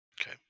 Okay